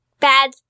Bad